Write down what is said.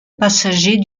passager